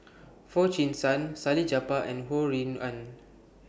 Foo Chee San Salleh Japar and Ho Rui An